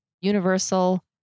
Universal